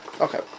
okay